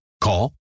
Call